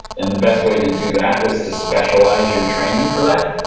and the best way to do that was to specialize your training for that.